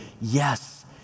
yes